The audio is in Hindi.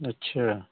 अच्छा